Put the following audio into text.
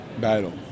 battle